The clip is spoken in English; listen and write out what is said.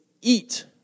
eat